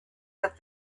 that